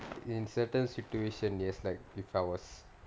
in certain situation yes like if I was